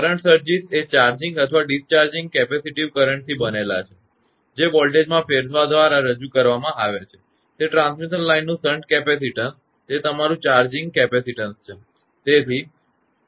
current surges એ charging અથવા discharging capacitive કરંટથી બનેલા છે જે વોલ્ટેજમાં ફેરફાર દ્વારા રજૂ કરવામાં આવે છે તે ટ્રાન્સમિશન લાઇનનું શન્ટ કેપેસિટીન્સ તે તમારું ચાર્જિંગ કેપેસિટીન્સ છે